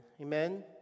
Amen